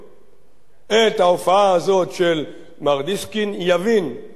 את ההופעה הזאת של מר דיסקין יבין שאם